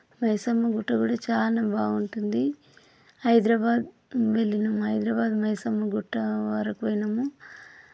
మైసమ్మ గుట్ట కూడా చాలా బాగుంటుంది హైదరాబాద్ వెళ్ళినాము హైదరాబాద్ మైసమ్మ గుట్ట వరకు పోయినాము